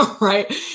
Right